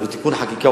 בתיקון חקיקה,